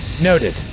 Noted